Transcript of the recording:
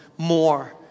more